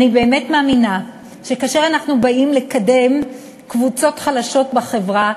אני באמת מאמינה שכאשר אנחנו באים לקדם קבוצות חלשות בחברה,